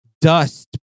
dust